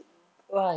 no